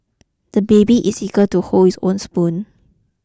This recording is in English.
the baby is eager to hold his own spoon